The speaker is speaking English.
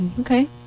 Okay